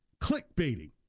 Clickbaiting